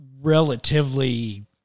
relatively